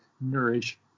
nourish